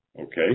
okay